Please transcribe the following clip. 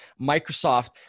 Microsoft